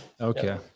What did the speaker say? Okay